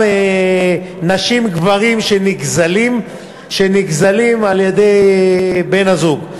נשים ואותם גברים שנגזלים על-ידי בן-הזוג.